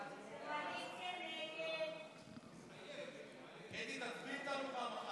ההסתייגות (55) של קבוצת סיעת ישראל ביתנו אחרי